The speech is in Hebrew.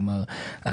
כלומר,